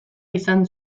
izan